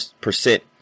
percent